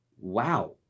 wow